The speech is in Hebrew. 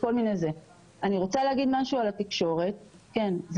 אני רוצה לומר משהו לגבי התקשורת זה